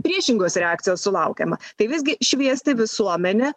priešingos reakcijos sulaukiama tai visgi šviesti visuomenę